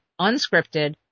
unscripted